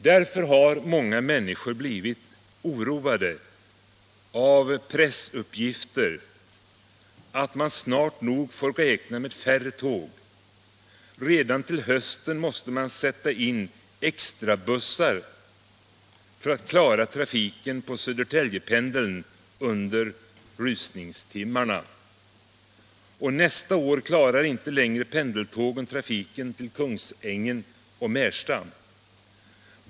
Därför har många människor blivit oroade av pressuppgifter om att man snart nog får räkna med färre tåg. Redan till hösten måste man sätta in extrabussar för att klara trafiken på Södertäljependeln under rusningstimmarna och nästa år klarar inte längre pendeltågen trafiken till Kungsängen och Märsta.